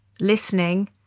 listening